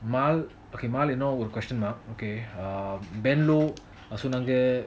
mall okay mall இன்னும் ஒரு:inum oru question mark okay ben சொன்னாங்க:sonanga